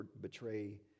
betray